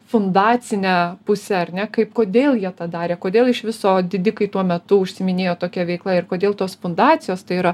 fundacine puse ar ne kaip kodėl jie tą darė kodėl iš viso didikai tuo metu užsiiminėjo tokia veikla ir kodėl tos fundacijos tai yra